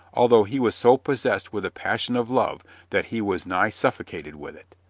although he was so possessed with a passion of love that he was nigh suffocated with it.